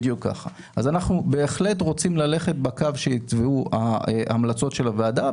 אנחנו בהחלט רוצים ללכת בקו שיתוו ההמלצות של הוועדה.